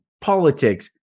politics